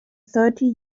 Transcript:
thirty